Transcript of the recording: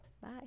Bye